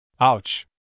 Ouch